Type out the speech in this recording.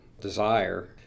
desire